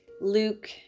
luke